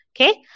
Okay